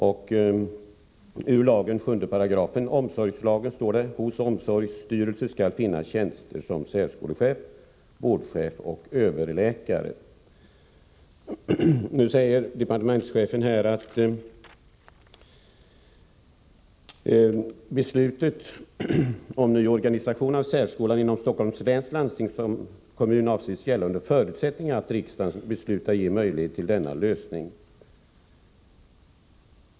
I 7 § omsorgslagen står det att det hos omsorgsstyrelserna skall finnas tjänster som särskolechef, vårdchef och överläkare. Nu säger departementschefen att beslutet om ”ny organisation av särskolan inom Stockholms läns landstingskommun avses gälla under förutsättning att det riksdagen beslutar ger möjlighet till denna lösning”.